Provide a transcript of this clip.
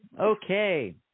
Okay